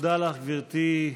תודה לך, גברתי.